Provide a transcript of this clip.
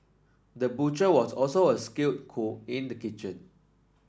the butcher was also a skilled cook in the kitchen